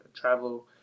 travel